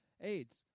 AIDS